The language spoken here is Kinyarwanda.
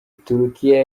turukiya